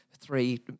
three